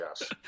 yes